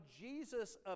Jesus